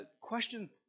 question